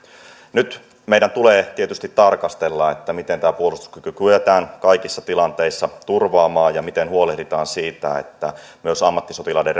nyt meidän tulee tietysti tarkastella miten tämä puolustuskyky kyetään kaikissa tilanteissa turvaamaan ja miten huolehditaan siitä että myös ammattisotilaiden